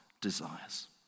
desires